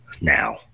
now